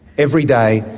every day,